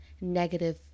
negative